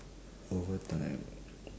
over time